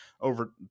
over